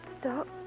stop